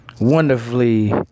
Wonderfully